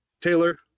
Taylor